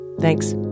Thanks